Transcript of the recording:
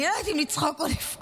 אני לא יודעת אם לצחוק או לבכות.